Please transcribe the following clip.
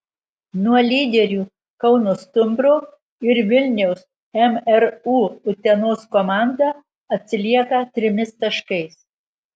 nuo lyderių kauno stumbro ir vilniaus mru utenos komanda atsilieka trimis taškais